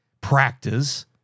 practice